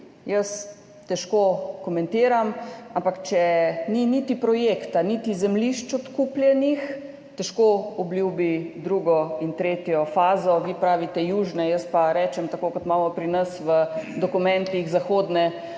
jaz težko komentiram, ampak če ni niti projekta niti zemljišč odkupljenih, težko obljubi drugo in tretjo fazo, vi pravite južne, jaz pa rečem tako, kot imamo pri nas v dokumentih, zahodne obvoznice